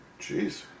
Jeez